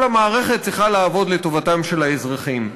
כל המערכת צריכה לעבוד לטובתם של האזרחים.